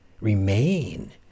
remain